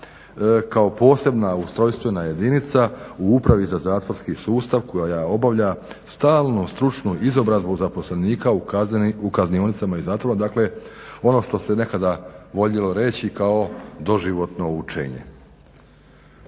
kao posebna ustrojstvena jedinica u upravi za zatvorski sustav koja obavlja stalnu stručnu izobrazbu zaposlenika u kaznionicama iz zatvora, dakle ono što se nekada voljelo reći kao doživotno učenje.